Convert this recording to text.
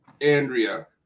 Andrea